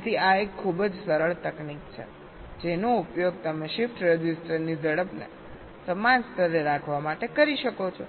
તેથી આ એક ખૂબ જ સરળ તકનીક છે જેનો ઉપયોગ તમે શિફ્ટ રજિસ્ટર ની ઝડપને સમાન સ્તરે રાખવા માટે કરી શકો છો